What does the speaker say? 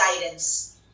guidance